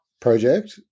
project